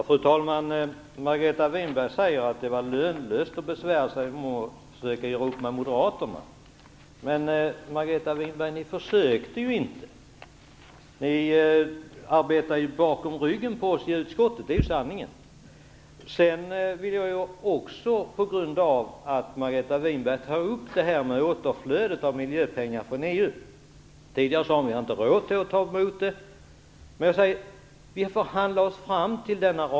Fru talman! Margareta Winberg säger att det var lönlöst att besvära sig med att försöka göra upp med moderaterna. Men, Margareta Winberg, ni försökte ju inte. Sanningen är den att ni arbetade bakom ryggen på oss i utskottet. Margareta Winberg tar också upp återflödet av miljöpengar från EU. Tidigare sade ni att vi inte har råd att ta emot det. Vi har ändå förhandlat oss fram till en ram.